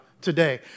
today